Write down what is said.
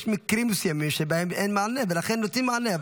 יש מקרים מסוימים שבהם אין מענה ולכן נותנים מענה,